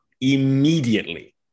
immediately